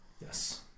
Yes